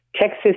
Texas